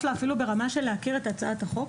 לעבודה אפילו ברמה של להכיר את הצעת החוק.